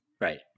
right